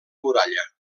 muralla